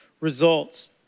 results